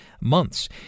months